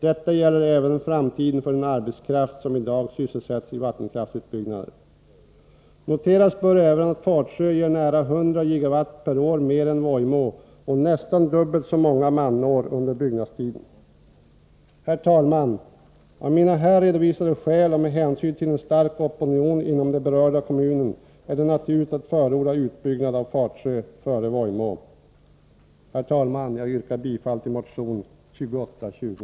Detta gäller även framtiden för den arbetskraft som i dag Noteras bör även att Fatsjö ger nära 100 GWh/år mer än Vojmå och nästan dubbelt så många manår under byggnadstiden. Herr talman! Av mina här redovisade skäl och med hänsyn till en stark opinion inom den berörda kommunen är det naturligt att förorda utbyggnad av Fatsjö före Vojmå. Herr talman! Jag yrkar bifall till motion nr 2820.